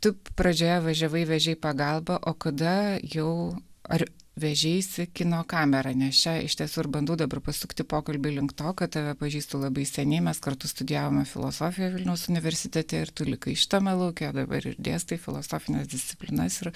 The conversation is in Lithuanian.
tu pradžioje važiavai vėžei pagalbą o kada jau ar vežeisi kino kamerą nes čia iš tiesų ir bandau dabar pasukti pokalbį link to kad tave pažįstu labai seniai mes kartu studijavome filosofiją vilniaus universitete ir tu likai šitame lauke o dabar ir dėstai filosofines disciplinas ir